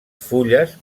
fulles